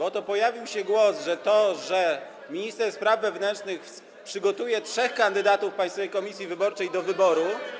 Oto pojawił się głos, że to, że minister spraw wewnętrznych przygotuje trzech kandydatów Państwowej Komisji Wyborczej do wyboru.